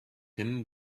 him